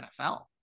NFL